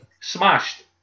smashed